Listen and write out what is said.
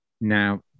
Now